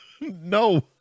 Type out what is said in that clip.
No